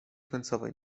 końcowej